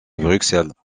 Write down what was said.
bruxelles